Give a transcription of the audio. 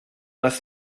must